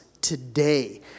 today